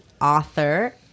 author